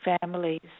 families